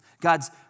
God's